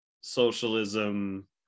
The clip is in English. socialism